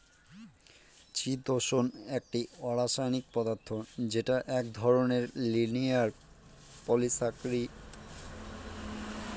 চিতোষণ একটি অরাষায়নিক পদার্থ যেটা এক ধরনের লিনিয়ার পলিসাকরীদ